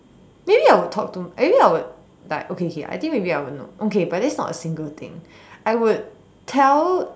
maybe I would talk to maybe I would like okay here maybe I would know but there's not a single thing I would tell